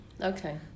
Okay